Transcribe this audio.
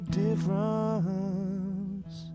difference